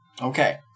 Okay